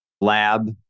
lab